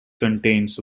contains